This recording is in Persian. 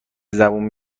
زبون